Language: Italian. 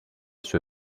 sue